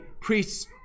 priest's